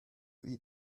eat